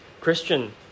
Christian